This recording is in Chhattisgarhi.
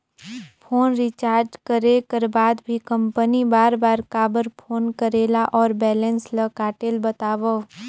फोन रिचार्ज करे कर बाद भी कंपनी बार बार काबर फोन करेला और बैलेंस ल काटेल बतावव?